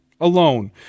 Alone